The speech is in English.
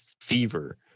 fever